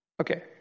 Okay